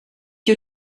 you